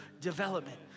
development